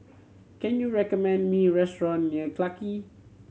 can you recommend me restaurant near Clarke Quay